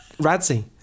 radzi